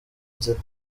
nzira